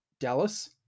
Dallas